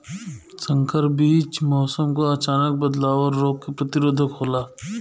संकर बीज मौसम क अचानक बदलाव और रोग के प्रतिरोधक होला